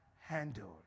handled